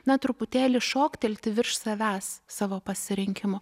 na truputėlį šoktelti virš savęs savo pasirinkimo